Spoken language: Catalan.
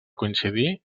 coincidir